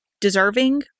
deserving